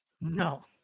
No